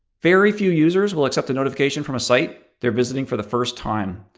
very few users will accept the notification from a site they're visiting for the first time.